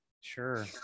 Sure